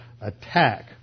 attack